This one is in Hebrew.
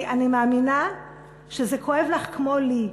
אני מאמינה שזה כואב לך כמו לי,